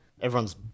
Everyone's